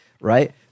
right